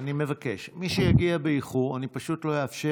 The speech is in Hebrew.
אני מבקש, מי שיגיע באיחור, אני פשוט לא אאפשר.